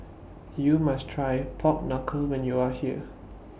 YOU must Try Pork Knuckle when YOU Are here